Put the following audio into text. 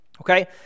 Okay